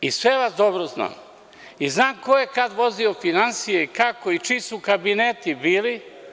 Sve vas dobro znam i znam ko je kada vodio finansije, i kako i čiji su kabineti bili.